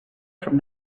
from